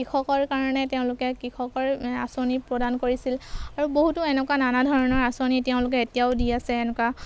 কৃষকৰ কাৰণে তেওঁলোকে কৃষকৰ আঁচনি প্ৰদান কৰিছিল আৰু বহুতো এনেকুৱা নানা ধৰণৰ আঁচনি তেওঁলোকে এতিয়াও দি আছে এনেকুৱা